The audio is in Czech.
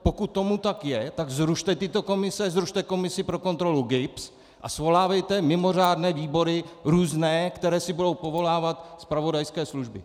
Pokud tomu tak je, tak zrušte tyto komise, zrušte komisi pro kontrolu GIBS a svolávejte mimořádné výbory různé, které si budou povolávat zpravodajské služby.